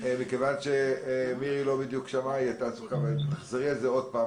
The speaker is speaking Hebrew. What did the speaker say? מכיוון שמירי לא שמעה, תחזרי על זה עוד פעם.